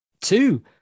two